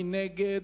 מי נגד?